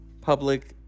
Public